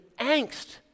angst